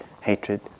hatred